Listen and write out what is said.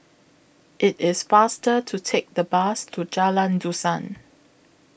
IT IS faster to Take The Bus to Jalan Dusan